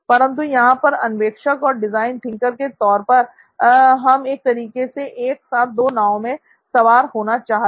परंतु यहां पर अन्वेषक और डिज़ाइन थिंकर के तौर पर हम एक तरीके से एक साथ दो नावों में सवार होना चाह रहे हैं